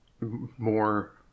More